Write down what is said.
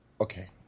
okay